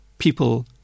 People